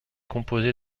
composé